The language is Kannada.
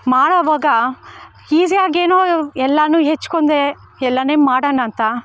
ಮಾಡುವಾಗ ಹಿಸಿಯಾಗೇನೋ ಎಲ್ಲವೂ ಹೆಚ್ಕೊಂಡೆ ಎಲ್ಲವೂ ಮಾಡೋಣ ಅಂತ